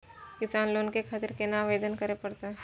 किसान लोन के खातिर केना आवेदन करें परतें?